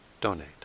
donate